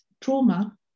trauma